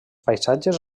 paisatges